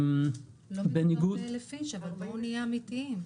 לא מדובר ב-1,000 איש, אבל בואו נהיה אמיתיים.